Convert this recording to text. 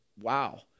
wow